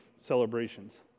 celebrations